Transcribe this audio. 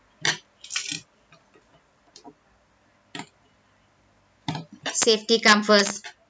safety come first